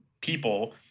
people